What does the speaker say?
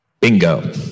bingo